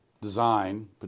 design